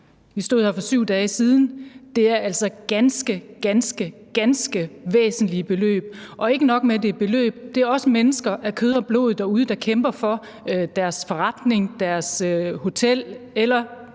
Vi stod her sidst for 7 dage siden, så det er altså ganske, ganske væsentlige beløb. Og ikke nok med, at det er beløb, det er også mennesker af kød og blod derude, der kæmper for deres forretning, deres hotel eller